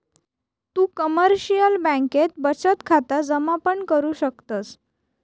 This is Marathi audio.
तु कमर्शिअल बँकेत बचत खाता जमा पण करु शकतस